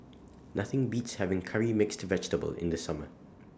Nothing Beats having Curry Mixed Vegetable in The Summer